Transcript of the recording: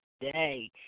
day